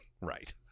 Right